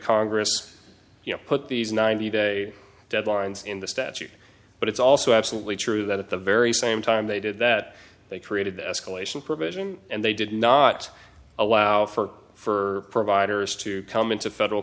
congress you know put these ninety day deadlines in the statute but it's also absolutely true that at the very same time they did that they created the escalation provision and they did not allow for for providers to come into federal